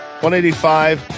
185